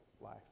life